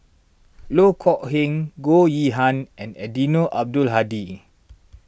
Loh Kok Heng Goh Yihan and Eddino Abdul Hadi